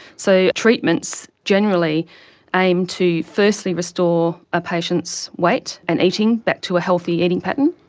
so treatments generally aim to firstly restore a patient's weight and eating back to a healthy eating pattern,